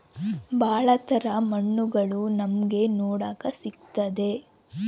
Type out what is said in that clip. ಭಾಳ ತರ ಮಣ್ಣುಗಳು ನಮ್ಗೆ ನೋಡಕ್ ಸಿಗುತ್ತದೆ